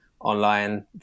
online